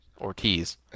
Ortiz